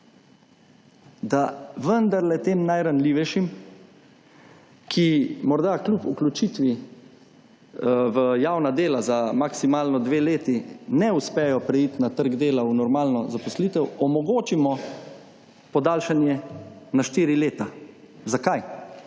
da vendarle tem najranljivejšim, ki morda kljub vključitvi v javna dela za maksimalno dve leti ne uspejo preiti na trg dela v normalno zaposlitev, omogočimo podaljšanje na štiri leta. Zakaj?